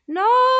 no